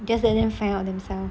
just let them find out themselves